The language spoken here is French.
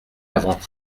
avant